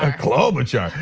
ah klobuchar,